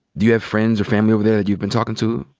do you have friends or family over there that you've been talking to?